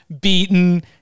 beaten